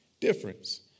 difference